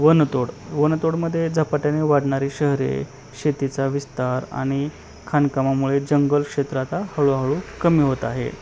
वनतोड वनतोडमध्ये झपाट्याने वाढणारी शहरे शेतीचा विस्तार आणि खाणकामामुळे जंगल क्षेत्र आता हळूहळू कमी होत आहे